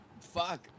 fuck